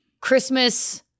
christmas